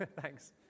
Thanks